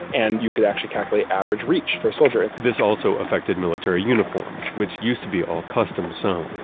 and you could actually calculate average reach for a soldier this also affected military uniforms, which used to be all custom sewn,